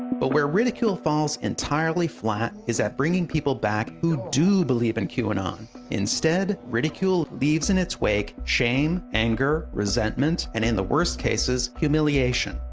but where ridicule falls entirely flat is at bringing people back who do believe in qanon. instead, ridicule leaves in its wake shame, anger, resentment, and in the worst cases, humiliation.